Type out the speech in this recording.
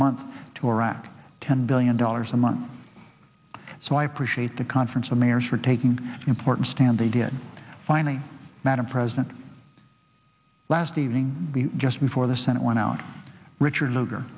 month to iraq ten billion dollars a month so i appreciate the conference of mayors for taking an important stand they did finally madam president last evening just before the senate went out richard lug